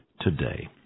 today